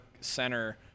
center